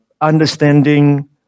understanding